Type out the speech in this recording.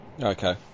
Okay